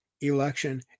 election